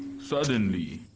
suddenly,